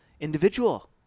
individual